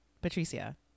Patricia